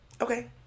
Okay